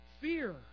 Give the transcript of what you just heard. fear